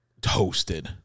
toasted